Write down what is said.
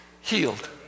healed